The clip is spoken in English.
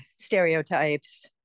stereotypes